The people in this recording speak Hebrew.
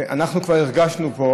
אנחנו כבר הרגשנו פה